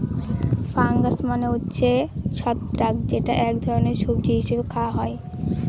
fungus মানে হচ্ছে ছত্রাক যেটা এক ধরনের সবজি হিসেবে খাওয়া হয়